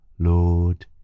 Lord